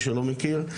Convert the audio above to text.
מי שלא מכיר,